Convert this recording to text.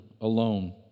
alone